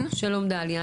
שלום דליה.